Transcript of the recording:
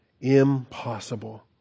Impossible